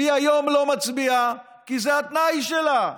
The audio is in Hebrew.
והיא היום לא מצביעה, כי זה התנאי שלה.